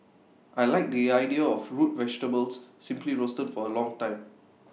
I Like the idea of root vegetables simply roasted for A long time